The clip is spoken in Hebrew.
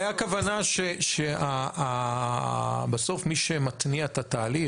הייתה כוונה שבסוף מי שמתניע את התהליך,